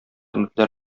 өметләр